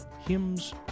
hymns